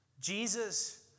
Jesus